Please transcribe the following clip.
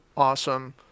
awesome